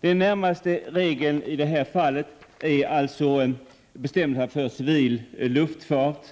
Vad som närmast gäller i detta fall är Bestämmelser för civil luftfart: